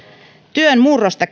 työn murrosta